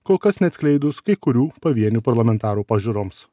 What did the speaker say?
kol kas neatskleidus kai kurių pavienių parlamentarų pažiūroms